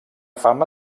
fama